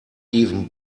even